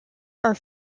are